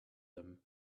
them